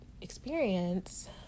experience